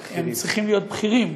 הם צריכים להיות בכירים.